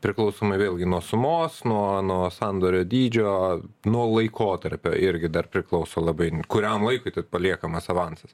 priklausomai vėlgi nuo sumos nuo nuo sandorio dydžio nuo laikotarpio irgi dar priklauso labai kuriam laikui paliekamas avansas